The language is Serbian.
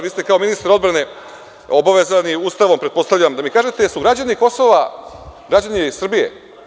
Vi ste kao ministar odbrane obavezani i Ustavom, pretpostavljam, da mi kažete da li su građani Kosova građani Srbije?